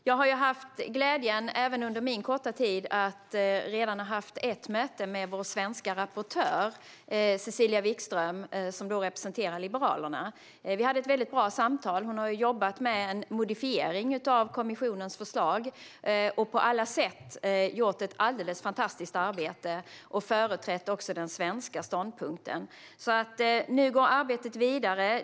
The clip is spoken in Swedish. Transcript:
Jag har haft glädjen att även under min korta tid redan ha haft ett möte med vår svenska rapportör Cecilia Wikström, som representerar Liberalerna. Vi hade ett mycket bra samtal. Hon har ju jobbat med en modifiering av kommissionens förslag och på alla sätt gjort ett alldeles fantastiskt arbete och också företrätt den svenska ståndpunkten. Nu går arbetet vidare.